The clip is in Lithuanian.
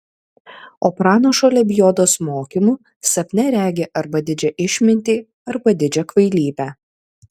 o pranašo lebiodos mokymu sapne regi arba didžią išmintį arba didžią kvailybę